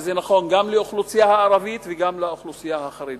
וזה נכון גם לאוכלוסייה הערבית וגם לאוכלוסייה החרדית,